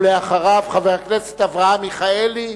ולאחריו חבר הכנסת אברהם מיכאלי,